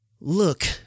Look